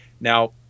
Now